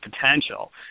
potential